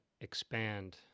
expand